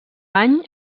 any